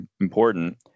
important